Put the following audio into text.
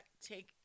take